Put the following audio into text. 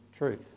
truth